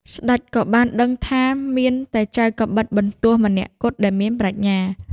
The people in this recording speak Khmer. ស្ដេចក៏បានដឹងថាមានតែចៅកាំបិតបន្ទោះម្នាក់គត់ដែលមានប្រាជ្ញា។